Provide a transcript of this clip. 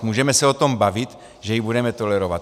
Můžeme se o tom bavit, že ji budeme tolerovat.